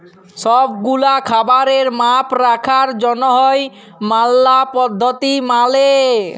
সব গুলা খাবারের মাপ রাখার জনহ ম্যালা পদ্ধতি মালে